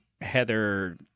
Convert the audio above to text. Heather